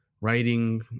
writing